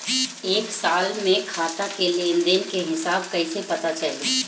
एक साल के खाता के लेन देन के हिसाब कइसे पता चली?